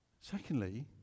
Secondly